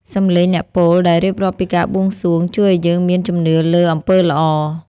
សំឡេងអ្នកពោលដែលរៀបរាប់ពីការបួងសួង ជួយឱ្យយើងមានជំនឿលើអំពើល្អ។